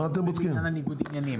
לעניין ניגוד עניינים.